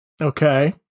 Okay